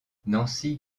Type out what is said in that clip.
nancy